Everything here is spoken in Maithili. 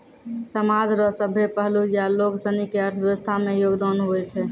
समाज रो सभ्भे पहलू या लोगसनी के अर्थव्यवस्था मे योगदान हुवै छै